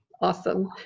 Awesome